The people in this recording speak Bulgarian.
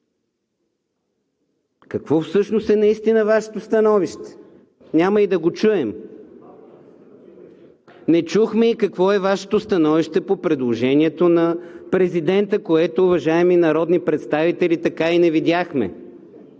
какво е наистина Вашето становище? Няма и да го чуем. Не чухме и какво е Вашето становище по предложението на президента, което, уважаеми народни представители, така и не видяхме.